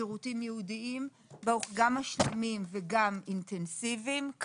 שירותים ייעודים גם משלימים וגם אינטנסיביים.